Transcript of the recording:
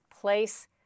place